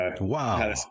Wow